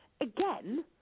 again